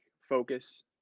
focus